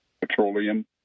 Petroleum